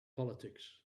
politics